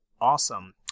awesome